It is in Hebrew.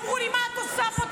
ואמרו לי: מה את עושה פה,